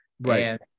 right